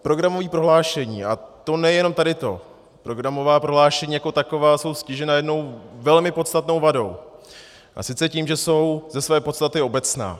Programové prohlášení, a to nejenom tady to, programová prohlášení jako taková jsou stižena jednou velmi podstatnou vadou, a sice tím, že jsou ze své podstaty obecná.